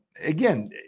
again